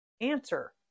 Answer